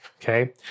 Okay